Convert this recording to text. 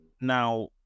Now